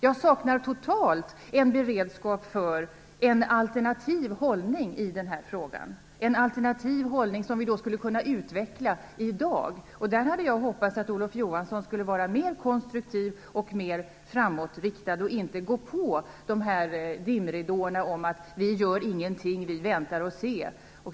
Jag saknar totalt en beredskap för en alternativ hållning i den här frågan, en alternativ hållning som vi skulle kunna utveckla i dag. Jag hade hoppats att Olof Johansson skulle vara mer konstruktiv och framåtriktad och inte skulle gå på dimridåerna om att vi inte gör någonting utan väntar och ser.